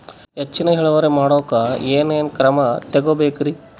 ಹೆಚ್ಚಿನ್ ಇಳುವರಿ ಮಾಡೋಕ್ ಏನ್ ಏನ್ ಕ್ರಮ ತೇಗೋಬೇಕ್ರಿ?